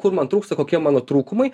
kur man trūksta kokie mano trūkumai